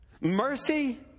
Mercy